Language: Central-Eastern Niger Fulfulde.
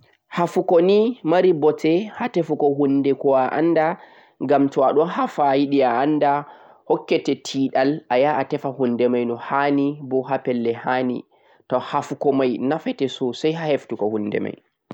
Hafuko nii mari bote ha tefugo hunde ko'a anda ngam to'aɗon hafa ayiɗe a'anda hokkete teeɗal ayaha a tefa hundemai no hani bo ha pelle hani. Kafal mai nafete sosai ha heftugo ko'a tefata mai.